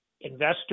investors